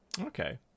Okay